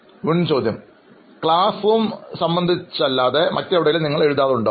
അഭിമുഖം നടത്തുന്നയാൾ classroom സംബന്ധം അല്ലാതെ മറ്റെവിടെയെങ്കിലും നിങ്ങൾ എഴുതാറുണ്ടോ